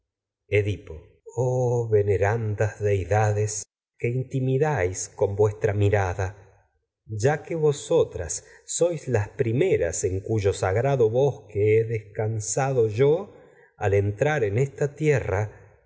edipo oh venerandas deidades que intimidáis con vuestra mirada ya que vosotras sois las yo primeras en cuyo esta sagrado bosque he descansado al entrar en tierra